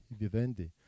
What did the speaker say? vivendi